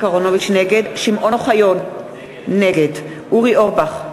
נגד שמעון אוחיון, נגד אורי אורבך,